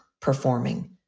performing